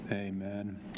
Amen